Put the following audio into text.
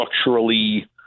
structurally